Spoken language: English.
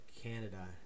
Canada